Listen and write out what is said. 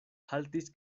haltis